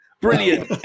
brilliant